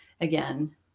again